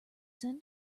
send